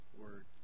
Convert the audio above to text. word